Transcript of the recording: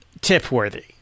tip-worthy